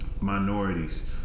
minorities